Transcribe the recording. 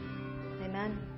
Amen